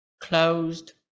closed